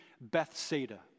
Bethsaida